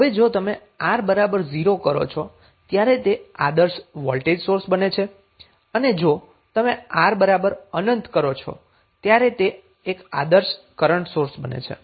હવે જો તમે R બરાબર 0 કરો છો ત્યારે તે આદર્શ વોલ્ટેજ સોર્સ બને છે અને જો તમે R બરાબર અનંત કરો છો ત્યારે તે આદર્શ કરન્ટ સોર્સ બને છે